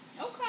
Okay